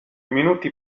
minuti